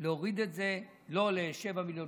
להוריד את זה לא ל-7 מיליון,